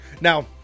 Now